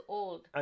old